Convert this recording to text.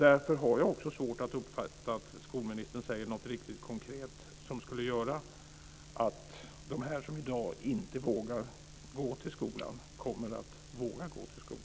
Därför har jag också svårt att uppfatta att skolministern säger något riktigt konkret som skulle göra att de som i dag inte vågar gå till skolan kommer att våga göra det.